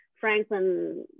Franklin